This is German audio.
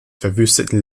verwüsteten